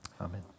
Amen